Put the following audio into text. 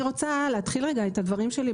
אני רוצה להתחיל את דברי,